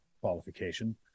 qualification